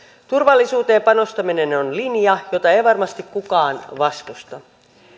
turvallisuuteen panostaminen on linja jota ei varmasti kukaan vastusta